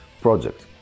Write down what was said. project